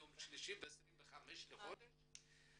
ביום שלישי ה-25 לחודש,